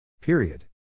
Period